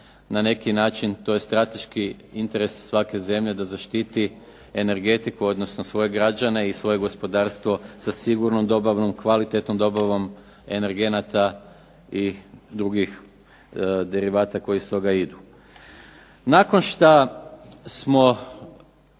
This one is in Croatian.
na neki način to je strateški interes svake zemlje da zaštiti energetiku, odnosno svoje građane i svoje gospodarstvo sa sigurnom dobavom, kvalitetnom dobavom energenata i drugih derivata koji iz toga idu. Nakon šta smo